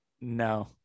No